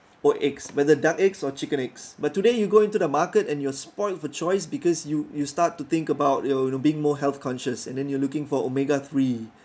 white eggs whether duck eggs or chicken eggs but today you go into the market and you're spoilt for choice because you you start to think about you know being more health conscious and then you are looking for omega three